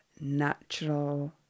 natural